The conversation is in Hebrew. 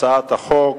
הצעת החוק